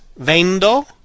vendo